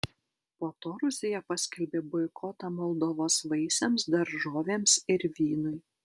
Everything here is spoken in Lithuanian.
po to rusija paskelbė boikotą moldovos vaisiams daržovėms ir vynui